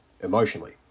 emotionally